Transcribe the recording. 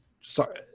sorry